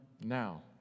now